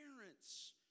parents